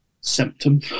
symptom